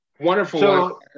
Wonderful